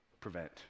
prevent